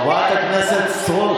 חברת הכנסת סטרוק,